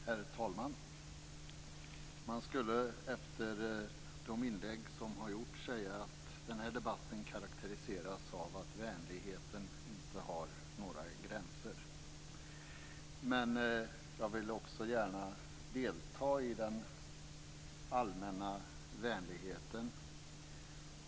Herr talman! Man skulle efter de inlägg som har gjorts kunna säga att denna debatt karakteriseras av att vänligheten inte har några gränser. Men jag vill också gärna delta i den allmänna vänligheten.